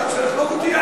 אתה רוצה לחנוק אותי?